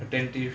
attentive